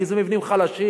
כי אלה מבנים חלשים.